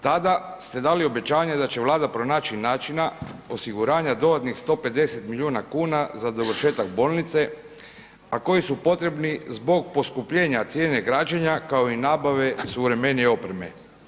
Tada ste dali obećanje da će Vlada pronaći načina osiguranja dodatnih 150 milijuna kuna za dovršetak bolnice a koji su potrebni zbog poskupljenja cijene građenja kao i nabave suvremenije opreme.